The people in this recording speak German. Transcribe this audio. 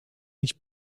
nicht